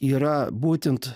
yra būtent